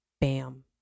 Bam